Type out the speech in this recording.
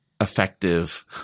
effective